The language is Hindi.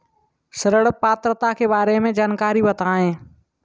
ऋण पात्रता के बारे में जानकारी बताएँ?